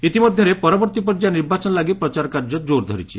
ଇତିମଧ୍ୟରେ ପରବର୍ତ୍ତୀ ପର୍ଯ୍ୟାୟ ନିର୍ବାଚନ ଲାଗି ପ୍ରଚାର କାର୍ଯ୍ୟ କୋର୍ ଧରିଛି